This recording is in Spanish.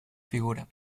figura